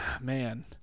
Man